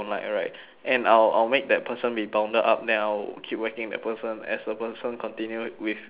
and I'll I'll make that person be bounded up then I will keep whacking that person as the person continue with his or